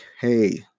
hey